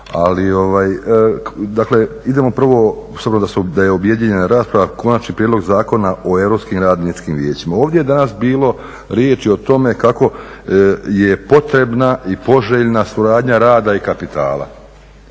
Dakle, idemo prvo, s obzirom da je objedinjena rasprava, konačni prijedlog Zakona o europskim radničkim vijećima. Ovdje je danas bilo riječi o tome kako je potrebna i poželjna suradnja rada i kapitala.